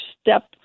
step